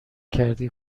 کردی